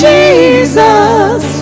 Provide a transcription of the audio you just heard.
Jesus